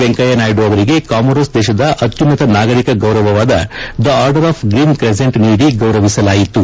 ವೆಂಕಯ್ನಾಯ್ಡ ಅವರಿಗೆ ಕಾಮೊರೊಸ್ ದೇಶದ ಅತ್ಯುನ್ನತ ನಾಗರಿಕ ಗೌರವವಾದ the order of green crescent ನೀಡಿ ಗೌರವಿಸಲಾಯಿತು